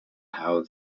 how